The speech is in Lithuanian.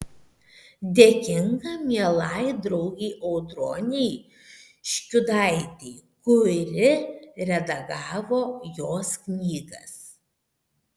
dėkinga mielai draugei audronei škiudaitei kuri redagavo jos knygas